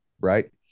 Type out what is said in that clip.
right